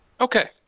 Okay